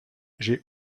j’ai